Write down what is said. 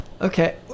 Okay